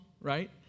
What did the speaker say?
right